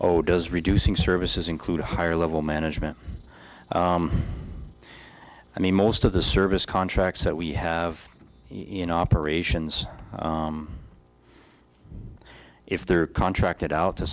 oh does reducing services include higher level management i mean most of the service contracts that we have you know operations if they're contracted out to